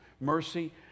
mercy